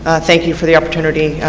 ah thank you, for the opportunity,